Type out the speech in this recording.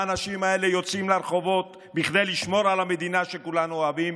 האנשים האלה יוצאים לרחובות כדי לשמור על המדינה שכולנו אוהבים,